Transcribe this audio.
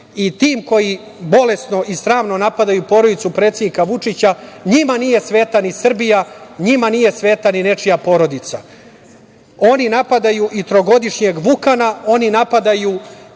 i tima koji bolesno i sramno napadaju porodicu predsednika Vučića, njima nije sveta ni Srbija, njima nije sveta ni nečija porodica. Oni napadaju i trogodišnjeg Vukana, oni napadaju